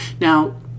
Now